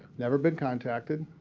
never been contacted,